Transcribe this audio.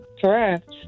Correct